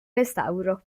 restauro